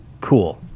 Cool